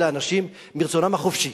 אלה אנשים שמרצונם החופשי